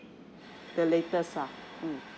the latest uh mm